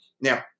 Now